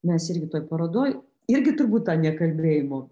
mes irgi toj parodoj irgi turbūt tą nekalbėjimo